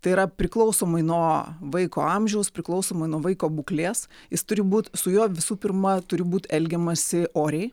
tai yra priklausomai nuo vaiko amžiaus priklausomai nuo vaiko būklės jis turi būt su juo visų pirma turi būt elgiamasi oriai